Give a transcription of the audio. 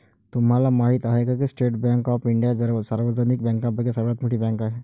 तुम्हाला माहिती आहे का की स्टेट बँक ऑफ इंडिया ही सार्वजनिक बँकांपैकी सर्वात मोठी बँक आहे